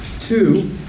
Two